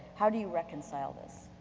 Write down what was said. how do you reconcile this?